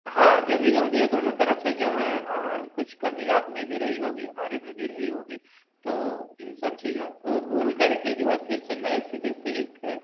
हाँ जो भी गलतियाँ दोनों तरफ़ से जो हैं कुछ कमी आप में भी रही होगी हमारे में भी रही होगी तो इन सब चीज़ों को बोल करके जो है फिर से नए सिरे से एक